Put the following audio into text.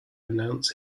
announce